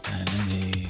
enemy